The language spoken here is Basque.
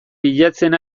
bilatzen